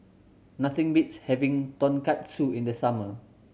nothing beats having Tonkatsu in the summer